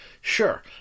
Sure